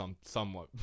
somewhat